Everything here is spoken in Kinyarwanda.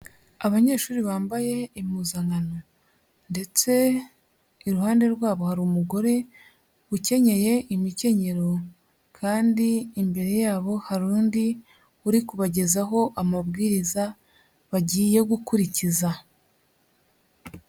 Abanyeshuri bambaye impuzankano ndetse iruhande rwabo hari umugore ukenyeye imikenyero kandi imbere yabo hari undi uri kubagezaho amabwiriza bagiye gukurikiza.